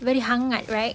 very hangat right